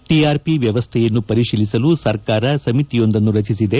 TRP ವ್ಯವಸ್ಥೆಯನ್ನು ಪರಿಶೀಲಿಸಲು ಸರ್ಕಾರ ಸಮಿತಿಯೊಂದನ್ನು ರಚಿಸಿದೆ